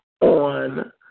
on